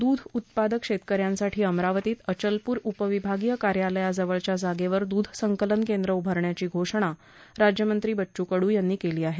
दूध उत्पादक शेतकऱ्यांसाठी अमरावतीत अचलपूर उपविभागीय कार्यालयाजवळच्या जागेवर दूध संकलन केंद्र उभारण्याची घोषणा राज्यमंत्री बच्चू कडू यांनी केली आहे